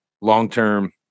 long-term